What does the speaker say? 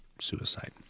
suicide